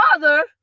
father